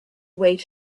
wait